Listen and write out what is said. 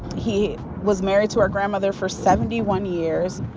he was married to our grandmother for seventy one years.